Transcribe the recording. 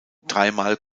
dreimal